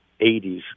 80s